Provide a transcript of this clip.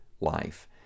life